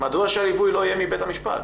מדוע שהליווי לא יהיה מבית המשפט?